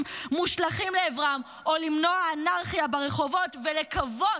מושלכים לעברם או למנוע אנרכיה ברחובות ולקוות,